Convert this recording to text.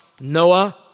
Noah